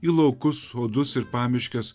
į laukus sodus ir pamiškes